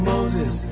Moses